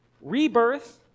rebirth